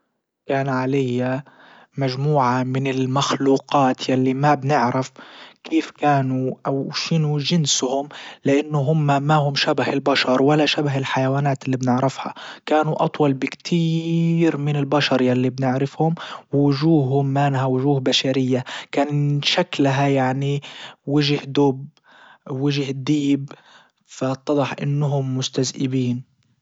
كان علي مجموعة من المخلوقات يلي ما بنعرف كيف كانوا او شنو جنسهم لانه هم ما هم شبه البشر ولا شبه الحيوانات اللي بنعرفها كانوا اطول بكتير من البشر يلي بنعرفهم ووجوههم ما لها وجوه بشرية كان شكلها يعني وجه دب وجه الديب فاتضح انهم مستذئبين.